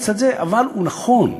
אבל הוא נכון.